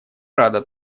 рада